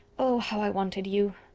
oh! how i wanted you!